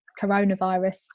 coronavirus